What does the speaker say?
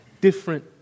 different